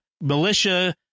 militia